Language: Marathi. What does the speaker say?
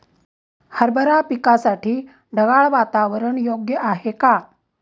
हरभरा पिकासाठी ढगाळ वातावरण योग्य आहे का?